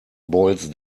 boils